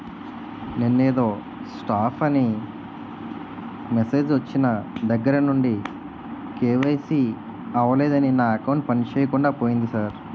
నిన్నేదో స్టాప్ అని మెసేజ్ ఒచ్చిన దగ్గరనుండి కే.వై.సి అవలేదని నా అకౌంట్ పనిచేయకుండా పోయింది సార్